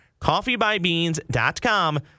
CoffeeByBeans.com